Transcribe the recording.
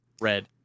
red